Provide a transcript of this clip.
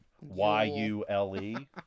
Y-U-L-E